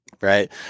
Right